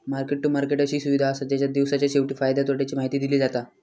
market to market अशी सुविधा असा जेच्यात दिवसाच्या शेवटी फायद्या तोट्याची माहिती दिली जाता